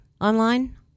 online